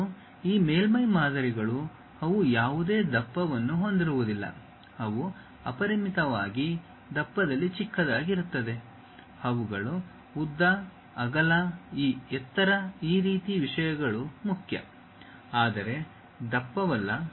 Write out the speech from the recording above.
ಮತ್ತು ಈ ಮೇಲ್ಮೈ ಮಾದರಿಗಳು ಅವು ಯಾವುದೇ ದಪ್ಪವನ್ನು ಹೊಂದಿರುವುದಿಲ್ಲ ಅವು ಅಪರಿಮಿತವಾಗಿ ದಪ್ಪದಲ್ಲಿ ಚಿಕ್ಕದಾಗಿರುತ್ತವೆ ಅವುಗಳ ಉದ್ದ ಅಗಲ ಈ ಎತ್ತರ ಈ ರೀತಿಯ ವಿಷಯಗಳು ಮುಖ್ಯ ಆದರೆ ದಪ್ಪವಲ್ಲ